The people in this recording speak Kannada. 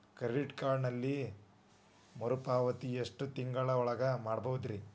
ಕ್ರೆಡಿಟ್ ಕಾರ್ಡಿನಲ್ಲಿ ಮರುಪಾವತಿ ಎಷ್ಟು ತಿಂಗಳ ಒಳಗ ಮಾಡಬಹುದ್ರಿ?